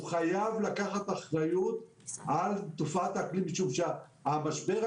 זו ישיבה ראשונה לפני שאנחנו נעבור לתגובת הממשלה,